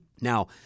Now